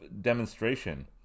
demonstration